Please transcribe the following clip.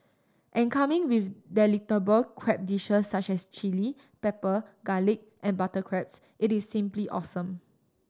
and coming with delectable crab dishes such as chilli pepper garlic and butter crabs it is simply awesome